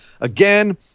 again